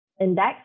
index